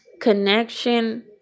connection